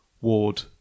Ward